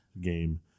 game